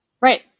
Right